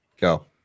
go